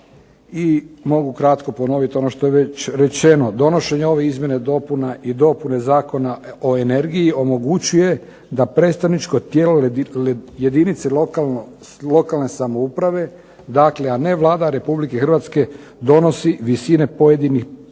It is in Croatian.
i mogu kratko ponoviti ono što je ve ć rečeno. Donošenje ove izmjene i dopune Zakona o energiji omogućuje da predstavničko tijelo jedinice lokalne samouprave a ne Vlada Republike Hrvatske donosi visine pojedinih